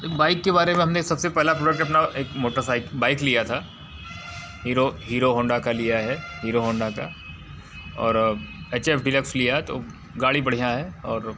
एक बाइक के बारे में हमने सबसे पहला प्रोडक्ट अपना एक मोटरसाईक बाइक लिया था हीरो हीरो होंडा का लिया है हीरो होंडा का और एच एफ़ डीलक्स लिया है तो गाड़ी बढ़िया है और